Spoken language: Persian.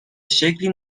شکلی